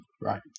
Right